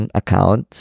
account